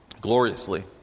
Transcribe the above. gloriously